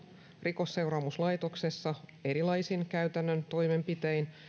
rikosseuraamuslaitoksessa erilaisin käytännön toimenpitein